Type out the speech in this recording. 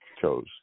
chose